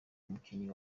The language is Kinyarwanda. umukinnyi